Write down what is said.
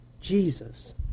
Jesus